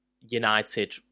United